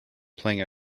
playing